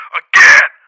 again